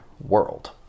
world